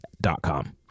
Dot-com